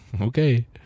Okay